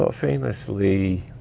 ah famously,